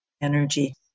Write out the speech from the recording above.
energy